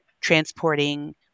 transporting